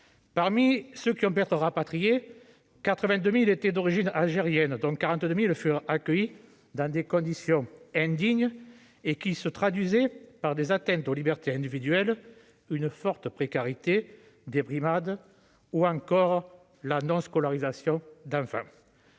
Parmi les harkis ayant pu être rapatriés, 82 000 étaient d'origine algérienne, dont 42 000 furent accueillis dans des conditions indignes se traduisant par des atteintes aux libertés individuelles, une forte précarité, des brimades ou encore la non-scolarisation des enfants.